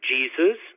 Jesus